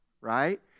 right